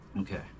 Okay